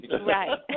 right